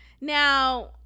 Now